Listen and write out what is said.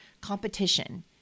competition